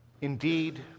Indeed